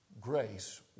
grace